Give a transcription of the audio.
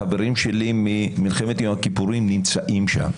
חברים שלי ממלחמת יום הכיפורים נמצאים שם,